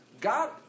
God